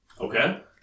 Okay